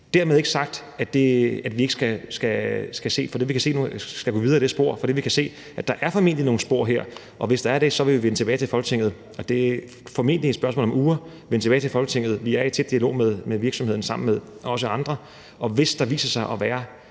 Dermed ikke sagt, at vi ikke skal gå videre ad det spor, for det, vi kan se, er, at der formentlig er nogle spor her, og hvis der er det, vil vi vende tilbage til Folketinget om det, og det er formentlig et spørgsmål om uger. Vi er i tæt dialog med virksomheden, også sammen med andre, og hvis der viser sig at være